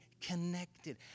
connected